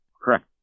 Correct